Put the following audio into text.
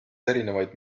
erinevaid